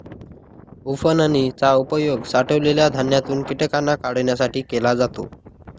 उफणनी चा उपयोग साठवलेल्या धान्यातून कीटकांना काढण्यासाठी केला जातो